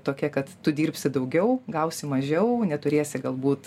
tokia kad tu dirbsi daugiau gausi mažiau neturėsi galbūt